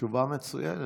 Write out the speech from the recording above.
תשובה מצוינת.